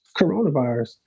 coronavirus